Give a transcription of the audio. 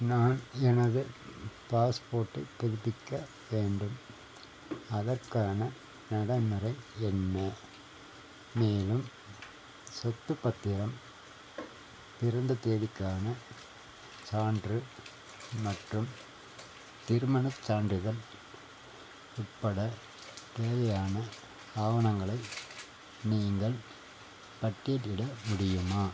நான் எனது பாஸ்போர்ட்டை புதுப்பிக்க வேண்டும் அதற்கான நடைமுறை என்ன மேலும் சொத்து பத்திரம் பிறந்த தேதிக்கான சான்று மற்றும் திருமணச் சான்றிதழ் உட்பட தேவையான ஆவணங்களை நீங்கள் பட்டியலிட முடியுமா